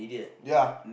ya